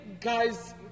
guys